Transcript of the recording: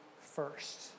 first